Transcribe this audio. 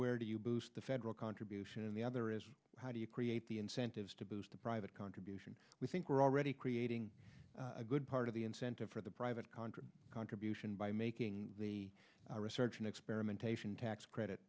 where do you boost the federal contribution in the other is how do you create the incentives to boost the private contribution we think we're already creating a good part of the incentive for the private contractor contribution by making the research and experimentation tax credit